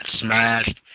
smashed